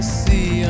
see